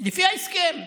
לפי ההסכם.